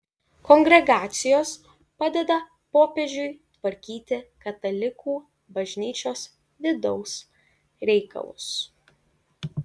kongregacijos padeda popiežiui tvarkyti katalikų bažnyčios vidaus reikalus